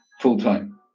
full-time